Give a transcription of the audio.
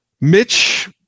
Mitch